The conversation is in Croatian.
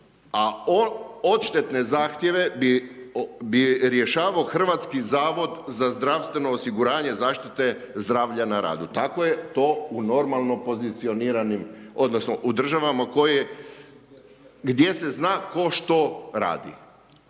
a odštetne zahtjeve bi rješavao HZZO zaštite zdravlja na radu. Tako je to u normalno pozicioniranim odnosno u državama koje, gdje se zna tko što radi.